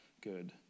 good